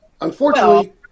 unfortunately